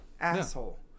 asshole